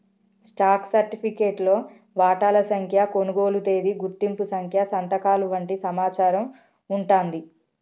stock సర్టిఫికేట్లో వాటాల సంఖ్య, కొనుగోలు తేదీ, గుర్తింపు సంఖ్య సంతకాలు వంటి సమాచారం వుంటాంది